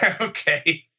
Okay